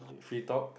free talk